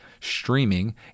streaming